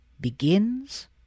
begins